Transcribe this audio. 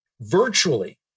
virtually